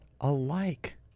alike